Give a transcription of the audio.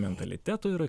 mentaliteto yra